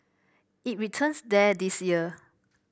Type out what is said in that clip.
it returns there this year